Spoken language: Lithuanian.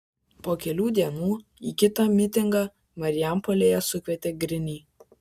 po kelių dienų į kitą mitingą marijampolėje sukvietė griniai